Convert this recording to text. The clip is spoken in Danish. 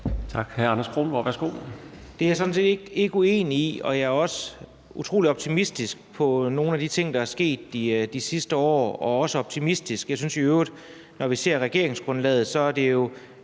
21:46 Anders Kronborg (S): Det er jeg sådan set ikke uenig i, og jeg ser også utrolig optimistisk på nogle af de ting, der er sket i de sidste år. Jeg synes i øvrigt, at når vi ser regeringsgrundlaget, er der jo